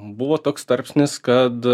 buvo toks tarpsnis kad